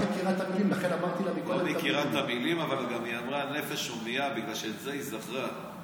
בטלוויזיה אמרת "נפש הומייה"; זה "נפש יהודי הומייה".